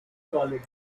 solid